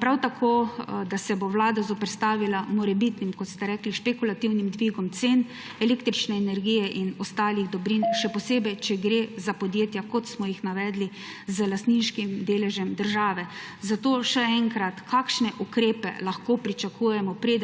prav tako, da se bo vlada zoperstavila morebitnim, kot ste rekli, špekulativnim dvigom cen električne energije in ostalih dobrin, še posebej, če gre za podjetja, ki smo jih navedli, z lastniškim deležem države. Zato še enkrat sprašujem: Kakšne ukrepe od te vlade lahko pričakujemo, preden